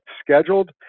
scheduled